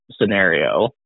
scenario